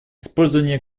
использование